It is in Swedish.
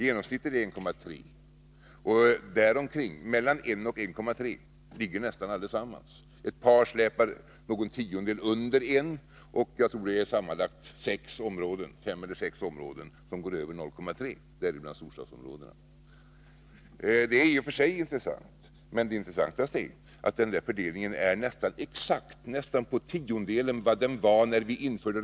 Genomsnittet är 1,3. Mellan 1 och 1,3 ligger nästan allesammans. Ett par län ligger någon tiondel under 1, medan sammanlagt fem sex områden ligger över 1,3, däribland storstadsområdena. Detta är i och för sig intressant. Det intressantaste är dock att fördelningen är nästan exakt på tiondelen vad den var när reglerna infördes.